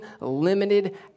limited